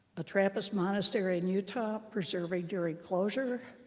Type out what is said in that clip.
a trappist monastery in utah preserving during closure.